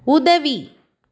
உதவி